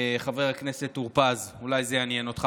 חבר הכנסת טור פז, אולי זה יעניין אותך.